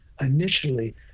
initially